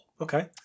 Okay